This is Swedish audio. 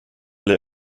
bli